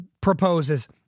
proposes